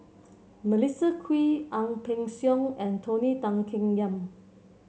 Melissa Kwee Ang Peng Siong and Tony Tan Keng Yam